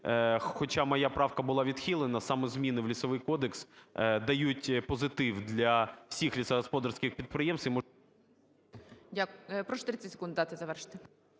хоча моя правка була відхилена, саме зміни в Лісовий кодекс дають позитив для лісогосподарських підприємств